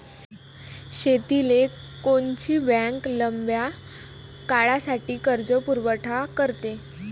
शेतीले कोनची बँक लंब्या काळासाठी कर्जपुरवठा करते?